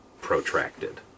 protracted